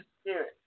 spirit